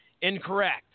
incorrect